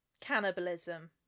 Cannibalism